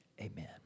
Amen